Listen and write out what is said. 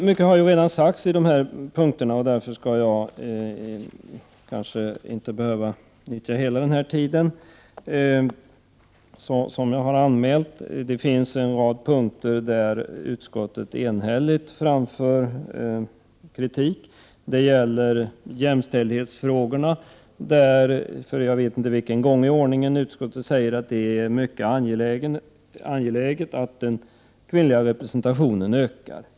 Mycket har redan sagts på dessa punkter, varför jag kanske inte behöver utnyttja hela den tid som jag har anmält. Det finns en rad punkter där utskottet enhälligt framför kritik. Det gäller jämställdhetsfrågorna, där utskottet för jag vet inte vilken gång i ordningen säger att det är angeläget att den kvinnliga representationen ökar.